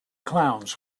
clowns